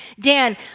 Dan